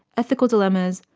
ethical dilemmas,